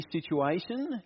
situation